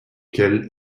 quel